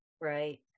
Right